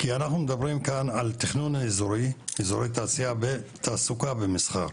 כי אנחנו מדברים כאן על תכנון אזורי תעשייה ותעסוקה ומסחר,